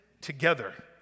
together